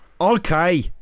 Okay